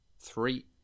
Three